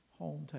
hometown